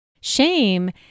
Shame